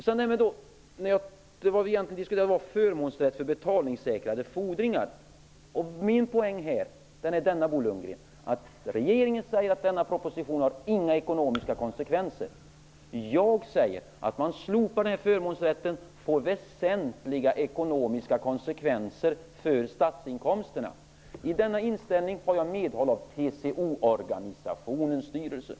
Det vi egentligen diskuterade var förmånsrätt för betalningssäkrade fordringar. Min poäng, Bo Lundgren, är att regeringen säger att denna proposition inte har några ekonomiska konsekvenser. Jag säger att om man slopar den här förmånsrätten får det väsentliga ekonomiska konsekvenser för statsinkomsterna. I denna inställning har jag medhåll av TCO:s styrelse.